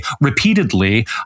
repeatedly